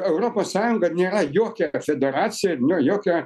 europos sąjunga nėra jokia federacija nė jokia